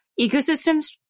Ecosystems